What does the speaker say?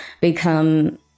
become